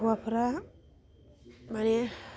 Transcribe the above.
हौवाफ्रा माने